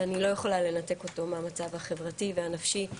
ואני לא יכולה לנתק אותו מהמצב החברתי והנפשי.